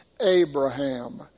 Abraham